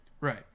Right